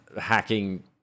hacking